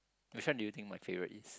which one do you think my favourite is